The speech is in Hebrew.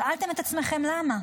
שאלתם את עצמכם למה?